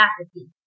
apathy